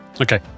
Okay